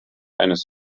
eines